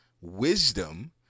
wisdom